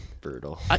Brutal